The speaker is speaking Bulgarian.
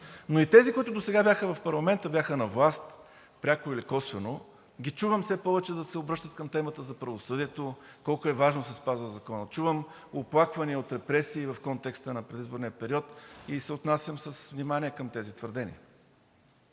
но и тези, които досега бяха в парламента, бяха на власт пряко или косвено, ги чувам все повече да се обръщат към темата за правосъдието и колко важно е да се спазва законът. Чувам оплаквания от репресии в контекста на предизборния период и се отнасям с внимание към тези твърдения.